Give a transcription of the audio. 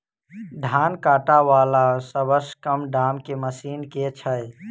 धान काटा वला सबसँ कम दाम केँ मशीन केँ छैय?